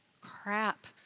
crap